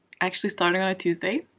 actually starting on a tuesday